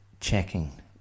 checking